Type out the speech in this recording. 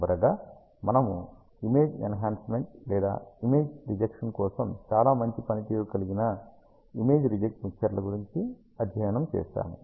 చివరగా మనము image enhancement లేదా ఇమేజ్ రిజెక్షన్ కోసం చాలా మంచి పనితీరు కలిగిన ఇమేజ్ రిజెక్ట్ మిక్సర్ల గురించి అధ్యయనం చేశాము